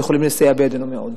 שיכולים לסייע בידינו מאוד.